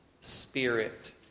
spirit